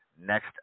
Next